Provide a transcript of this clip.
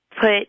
put